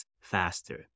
faster